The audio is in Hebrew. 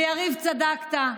ויריב, צדקת.